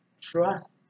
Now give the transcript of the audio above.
trust